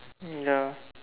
ya